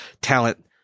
talent